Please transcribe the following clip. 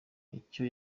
icyo